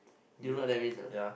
do you what that means a not